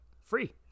free